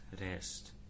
rest